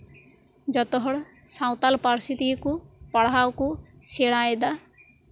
ᱡᱚᱛᱚ ᱦᱚᱲ ᱥᱟᱶᱛᱟᱞ ᱯᱟᱹᱨᱥᱤ ᱛᱮᱜᱮᱠᱩ ᱯᱟᱲᱦᱟᱜ ᱠᱩ ᱥᱮᱲᱟᱭᱮᱫᱟ